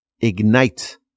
Ignite